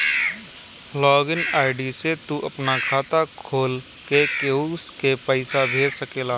log in ID से तू आपन खाता खोल के केहू के पईसा भेज सकेला